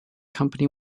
company